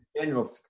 general